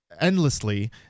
endlessly